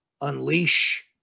unleash